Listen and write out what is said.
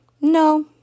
no